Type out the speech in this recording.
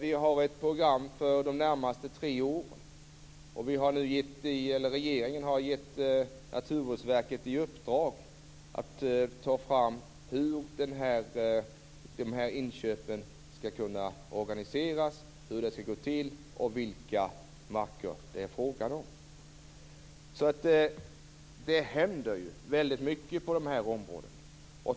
Vi har ett program för de närmaste tre åren, och regeringen har nu givit Naturvårdsverket i uppdrag att ta fram hur de här inköpen skall kunna organiseras, hur det skall gå till och vilka marker det är fråga om. Det händer alltså väldigt mycket på de här områdena.